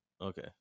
okay